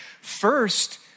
First